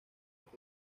daño